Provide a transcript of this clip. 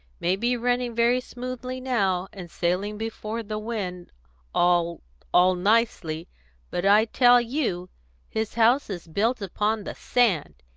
may be running very smoothly now, and sailing before the wind all all nicely but i tell you his house is built upon the sand,